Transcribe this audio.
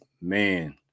Man